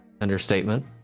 Understatement